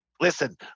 Listen